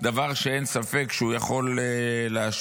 דבר שאין ספק שהוא יכול להשפיע.